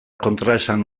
kontraesan